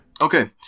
Okay